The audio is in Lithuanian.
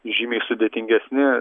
žymiai sudėtingesni